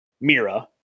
Mira